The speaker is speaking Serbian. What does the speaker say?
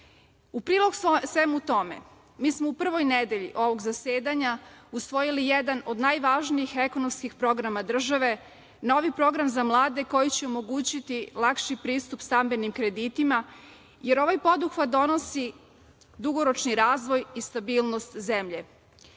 prilog svemu tome, mi smo u prvoj nedelji ovog zasedanja usvojili jedan od najvažnijih ekonomskih programa države, novi program za mlade koji će omogućiti lakši pristup stambenim kreditima, jer ovaj poduhvat donosi dugoročni razvoj i stabilnost zemlje.